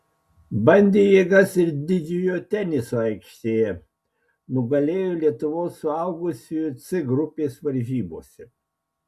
bandė jėgas ir didžiojo teniso aikštėje nugalėjo lietuvos suaugusiųjų c grupės varžybose